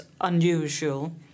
unusual